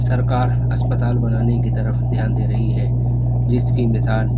سرکار اسپتال بنانے کی طرف دھیان دے رہی ہے جس کی مثال